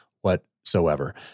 whatsoever